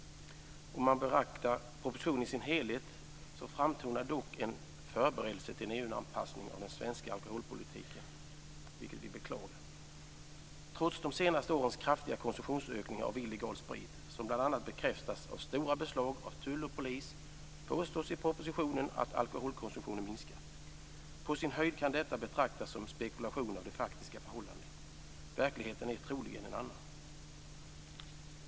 Om man betraktar propositionen i dess helhet framtonar dock en förberedelse till en EU-anpassning av den svenska alkoholpolitiken, vilket vi beklagar. Trots de senaste årens kraftiga konsumtionsökning av illegal sprit, som bl.a. bekräftas av stora beslag av tull och polis, påstås i propositionen att alkoholkonsumtionen minskat. På sin höjd kan detta betraktas som en spekulation. Verkligheten är troligen en annan.